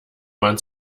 man